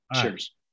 Cheers